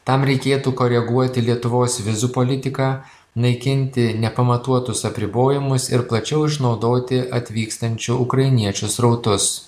tam reikėtų koreguoti lietuvos vizų politiką naikinti nepamatuotus apribojimus ir plačiau išnaudoti atvykstančių ukrainiečių srautus